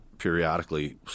periodically